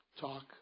talk